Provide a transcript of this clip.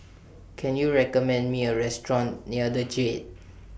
Can YOU recommend Me A Restaurant near The Jade